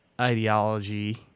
ideology